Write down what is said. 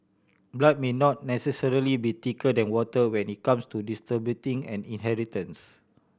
blood may not necessarily be thicker than water when it comes to distributing an inheritance